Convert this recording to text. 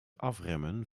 afremmen